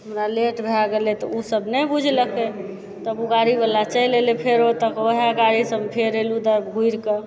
हमरा लेट भए गेलय तऽ उ सब नहि बुझलकइ तब उ गाड़ीवला चलि एलय फेरो तऽ वएह गाड़ीसँ फेर अयलहुँ घुरि कऽ